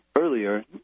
earlier